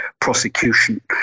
prosecution